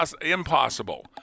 impossible